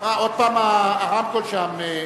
עוד פעם הרמקול שם.